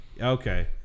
Okay